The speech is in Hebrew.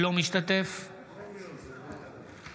אינו משתתף בהצבעה